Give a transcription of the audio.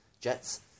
Jets